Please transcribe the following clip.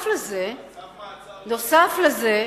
צו מעצר, נוסף על זה,